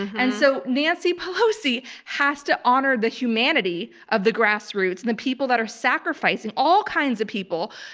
and so nancy pelosi has to honor the humanity of the grassroots, and the people that are sacrificing. all kinds of people.